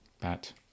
bat